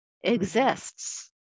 exists